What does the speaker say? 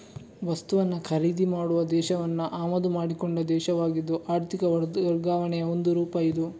ವಸ್ತುವನ್ನ ಖರೀದಿ ಮಾಡುವ ದೇಶವನ್ನ ಆಮದು ಮಾಡಿಕೊಂಡ ದೇಶವಾಗಿದ್ದು ಆರ್ಥಿಕ ವರ್ಗಾವಣೆಯ ಒಂದು ರೂಪ ಇದು